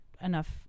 enough